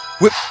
Whip